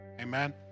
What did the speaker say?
Amen